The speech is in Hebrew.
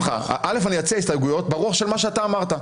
א', אני אציע הסתייגויות ברוח של מה שאתה אמרת.